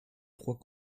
trois